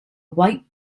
white